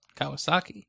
kawasaki